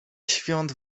świąt